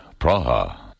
Praha